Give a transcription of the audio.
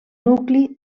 nucli